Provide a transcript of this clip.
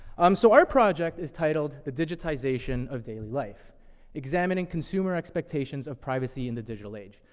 um, so our project is titled, the digitization of daily life examining consumer expectations of privacy in the digital age.